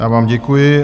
Já vám děkuji.